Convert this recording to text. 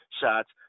shots